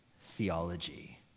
theology